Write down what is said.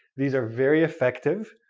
these are very effective,